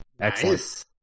Excellent